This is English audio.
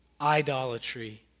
idolatry